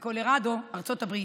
בקולורדו, ארצות הברית,